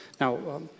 Now